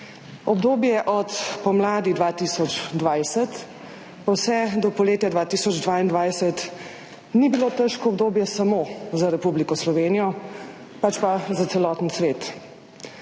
Obdobje od pomladi 2020 pa vse do poletja 2022 ni bilo težko obdobje samo za Republiko Slovenijo, pač pa za celoten svet.